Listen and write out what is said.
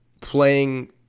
Playing